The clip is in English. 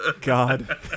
God